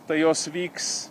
tai jos vyks